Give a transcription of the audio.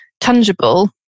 tangible